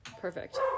Perfect